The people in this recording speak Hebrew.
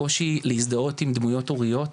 הקושי להזדהות עם דמויות הוריות,